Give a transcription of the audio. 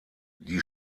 die